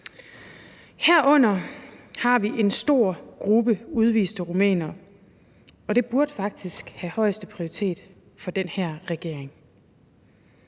Herunder har vi en stor gruppe udviste rumænere, og det burde faktisk have højeste prioritet for den her regering,